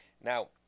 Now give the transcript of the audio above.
Now